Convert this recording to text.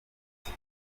gute